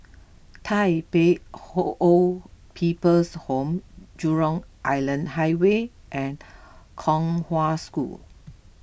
Tai Pei Old People's Home Jurong Island Highway and Kong Hwa School